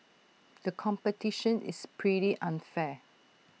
the competition is pretty unfair